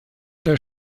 der